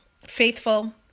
faithful